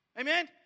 Amen